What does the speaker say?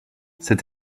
cette